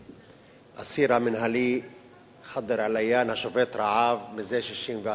האסיר המינהלי ח'דר עדנאן, השובת רעב זה 64 ימים.